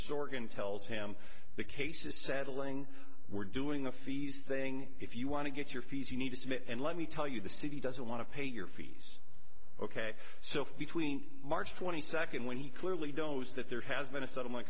storch and tells him the case is settling we're doing the fees thing if you want to get your fees you need to submit and let me tell you the city doesn't want to pay your fees ok so between march twenty second when he clearly don't was that there has been a settlement